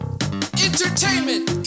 Entertainment